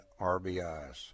RBIs